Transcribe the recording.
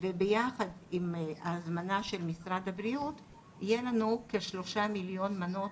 וביחד עם ההזמנה של משרד הבריאות יהיה לנו כשלושה מיליון מנות